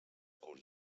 curts